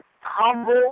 humble